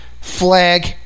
flag